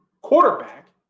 quarterback